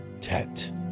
Tet